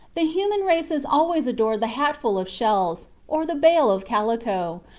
the human race has always adored the hatful of shells, or the bale of calico,